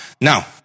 Now